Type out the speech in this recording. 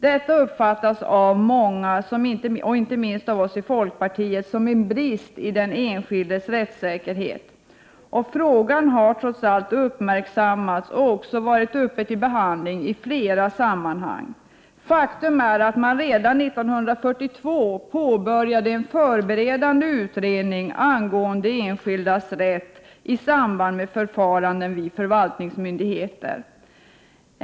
Detta uppfattas av många, inte minst av oss i folkpartiet, som en brist i den enskildes rättssäkerhet. Frågan har trots allt uppmärksammats och varit uppe till behandling i flera sammanhang. 41 Faktum är att man redan 1942 påbörjade en förberedande utredning angående enskildas rätt i samband med förfaranden hos förvaltningsmyndigheter.